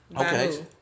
Okay